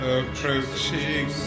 approaching